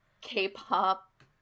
k-pop